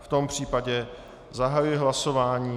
V tom případě zahajuji hlasování.